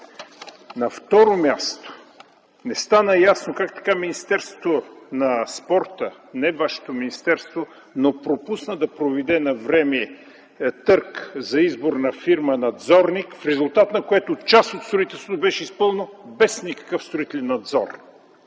На второ място, не стана ясно как така Министерството на спорта - не вашето министерство, пропусна да проведе на време търг за избор на фирма–надзорник, в резултат на което част от строителството беше изпълнено без никакъв строителен надзор.